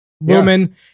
woman